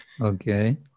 Okay